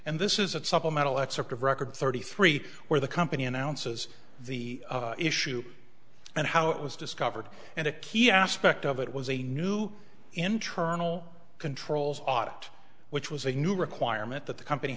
and this is it supplemental excerpt of record thirty three where the company announces the issue and how it was discovered and a key aspect of it was a new internal controls ot which was a new requirement that the company